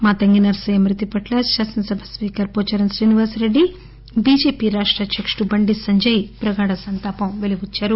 మాతంగి నర్పయ్య మృతి పట్ల శాసన సభ speaker Pocharam Srinivasa Reddy B J P రాష్ట అధ్యకుడు బండి సంజయ్ ప్రగాఢ సంతాపం పెలీబుచ్చారు